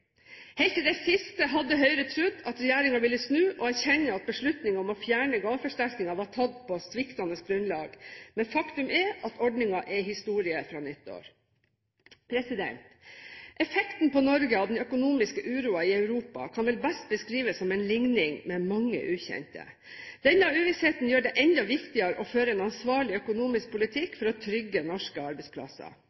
Helt til det siste har Høyre trodd at regjeringen ville snu, og erkjenne at beslutningen om å fjerne gaveforsterkningen er tatt på sviktende grunnlag. Men faktum er at ordningen er historie fra nyttår. Effekten på Norge av den økonomiske uroen i Europa kan vel best beskrives som en ligning med mange ukjente. Denne uvissheten gjør det enda viktigere å føre en ansvarlig økonomisk